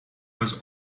was